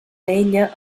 ella